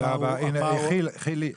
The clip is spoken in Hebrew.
חילי,